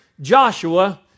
Joshua